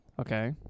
Okay